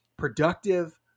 productive